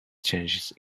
changes